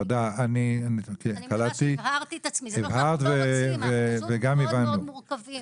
אלה דברים מאוד מורכבים.